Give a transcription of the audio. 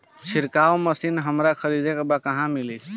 छिरकाव मशिन हमरा खरीदे के बा कहवा मिली?